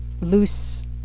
loose